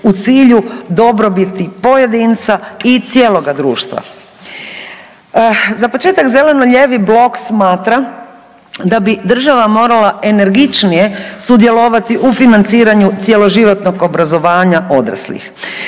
u cilju dobrobiti pojedinca i cijeloga društva. Za početak, zeleno-lijevi blok smatra da bi država morala energičnije sudjelovati u financiranju cjeloživotnog obrazovanja odraslih.